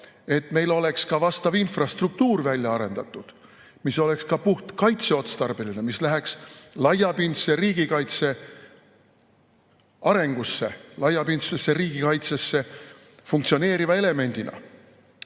et meil oleks ka vastav infrastruktuur välja arendatud, mis oleks ka kaitseotstarbeline, mis läheks laiapindse riigikaitse arengusse, laiapindsesse riigikaitsesse funktsioneeriva elemendina.